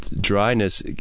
dryness